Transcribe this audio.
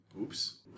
Oops